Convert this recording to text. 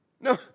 no